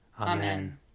Amen